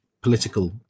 political